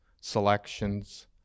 selections